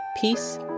peace